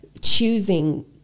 choosing